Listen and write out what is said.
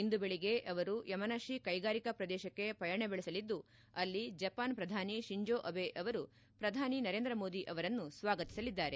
ಇಂದು ಬೆಳಿಗ್ಗೆ ಅವರು ಯಮನಾಶಿ ಕೈಗಾರಿಕಾ ಪ್ರದೇಶಕ್ಕೆ ಪಯಣ ಬೆಳೆಸಲಿದ್ದು ಅಲ್ಲಿ ಜಪಾನ್ ಪ್ರಧಾನಿ ಶಿನ್ಜೋ ಅಬೇ ಅವರು ಪ್ರಧಾನಿ ನರೇಂದ್ರ ಮೋದಿ ಅವರನ್ನು ಸ್ವಾಗತಿಸಲಿದ್ದಾರೆ